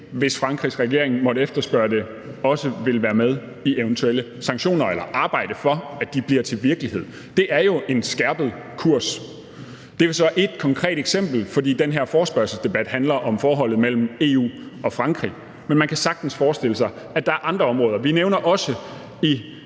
hvis Frankrigs regering måtte efterspørge det, også vil være med i eventuelle sanktioner eller arbejde for, at de bliver til virkelighed, jo er udtryk for en skærpet kurs. Det er så ét konkret eksempel, for den her forespørgselsdebat handler om forholdet mellem EU og Frankrig, men man kan sagtens forestille sig, at der er andre områder. Vi nævner også i